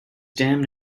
damn